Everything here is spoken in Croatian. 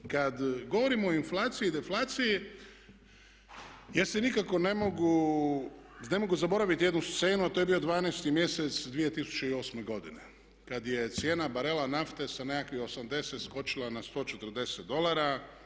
Kada govorimo o inflaciji i deflaciji ja se nikako ne mogu, ne mogu zaboraviti jednu scenu a to je bio 12 mjesec 2008. godine kada je cijena barela nafte sa nekakvih 80 skočila na 140 dolara.